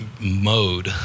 mode